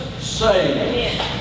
saved